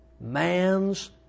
Man's